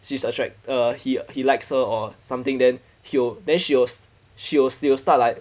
she's attract uh he he likes her or something then he'll then she will she will she will start like